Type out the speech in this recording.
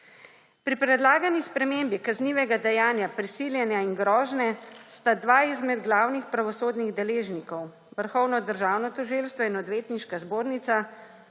Pri predlagani spremembi kaznivega dejanja prisiljenja in grožnje sta dva izmed glavnih pravosodnih deležnikov, Vrhovno državno tožilstvo in Odvetniška zbornica,